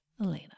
elena